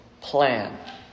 plan